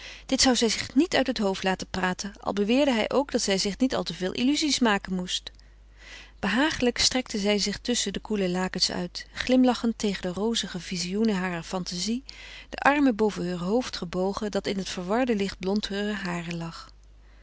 dit zou zij zich niet uit het hoofd laten praten al beweerde hij ook dat zij zich niet al te veel illuzies maken moest behagelijk strekte zij zich tusschen de koele lakens uit glimlachend tegen de rozige vizioenen harer fantazie de armen boven heur hoofd gebogen dat in het verwarde lichtblond heurer haren lag